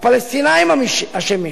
הפלסטינים אשמים.